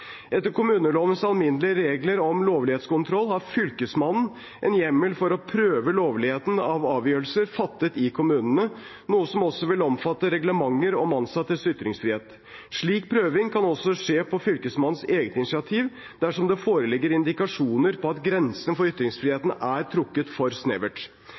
Etter kommunelovens alminnelige regler om lovlighetskontroll har Fylkesmannen hjemmel for å prøve lovligheten av avgjørelser fattet i kommunene, noe som også vil omfatte reglementer om ansattes ytringsfrihet. Slik prøving kan også skje på Fylkesmannens eget initiativ dersom det foreligger indikasjoner på at grensene for ytringsfriheten er trukket for snevert.